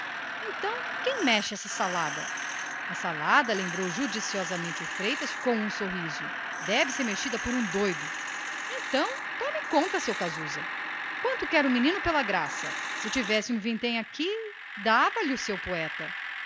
então quem mexe esta salada a salada sentenciou judiciosamente o freitas com um sorriso deve ser mexida por um doido então tome conta seu casusa quanto quer o menino pela graça se tivesse um vintém aqui dava lho seu poeta